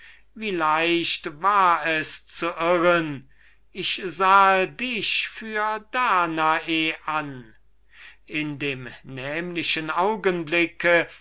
wie leicht war es zu irren ich sahe dich für danae an in dem nämlichen augenblick